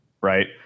right